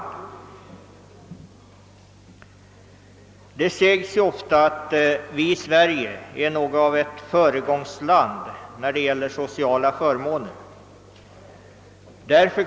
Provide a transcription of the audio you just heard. Det sägs ju ofta att Sverige är något av ett föregångsland när det gäller sociala förmåner.